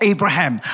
Abraham